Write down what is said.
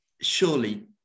surely